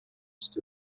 ist